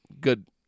good